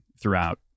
throughout